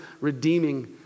redeeming